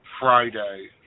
Friday